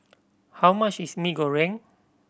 how much is Mee Goreng